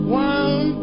one